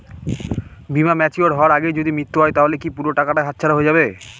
বীমা ম্যাচিওর হয়ার আগেই যদি মৃত্যু হয় তাহলে কি পুরো টাকাটা হাতছাড়া হয়ে যাবে?